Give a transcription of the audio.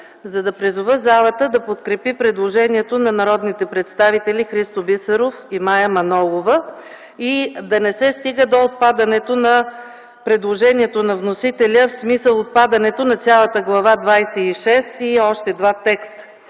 за да призова залата да подкрепи предложението на народните представители Христо Бисеров и Мая Манолова и да не се стига до отпадането на предложението на вносителя. В смисъл отпадането на цялата Глава двадесет